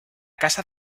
casa